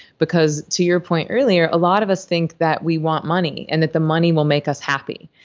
because to your point earlier, a lot of us think that we want money, and that the money will make us happy.